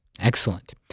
Excellent